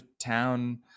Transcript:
town